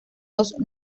dos